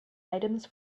items